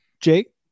Jake